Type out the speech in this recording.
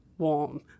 warm